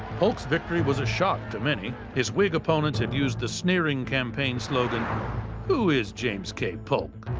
polk's victory was a shock to many. his whig opponents had used the sneering campaign slogan who is james k. polk?